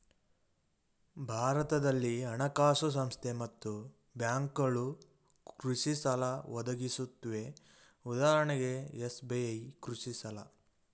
ಭಾರತದಲ್ಲಿ ಹಣಕಾಸು ಸಂಸ್ಥೆ ಮತ್ತು ಬ್ಯಾಂಕ್ಗಳು ಕೃಷಿಸಾಲ ಒದಗಿಸುತ್ವೆ ಉದಾಹರಣೆಗೆ ಎಸ್.ಬಿ.ಐ ಕೃಷಿಸಾಲ